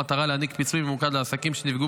במטרה להעניק פיצוי ממוקד לעסקים שנפגעו